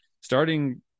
starting